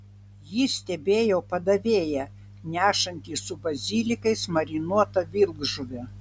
ji stebėjo padavėją nešantį su bazilikais marinuotą vilkžuvę